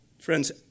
Friends